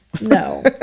no